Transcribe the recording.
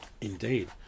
Indeed